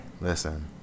Listen